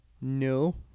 No